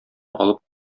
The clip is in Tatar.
алып